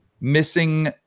missing